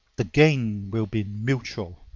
the gain will be mutual.